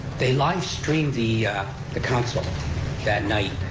they livestreamed the the council that night,